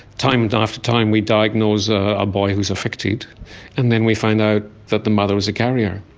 time and after time we diagnose a boy who is affected and then we find out that the mother was a carrier.